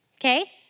Okay